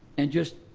and just